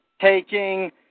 taking